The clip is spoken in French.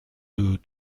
deux